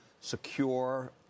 secure